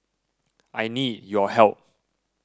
I need your help